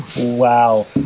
Wow